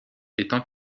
étant